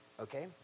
okay